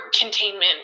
containment